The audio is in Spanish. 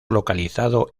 localizado